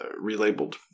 relabeled